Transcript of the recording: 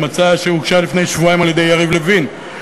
עם הצעה שהוגשה לפני שבועיים על-ידי יריב לוין,